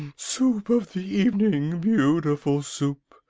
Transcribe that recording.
soup of the evening, beautiful soup!